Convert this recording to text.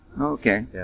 Okay